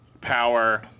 power